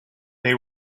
they